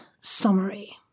Summary